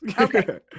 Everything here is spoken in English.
okay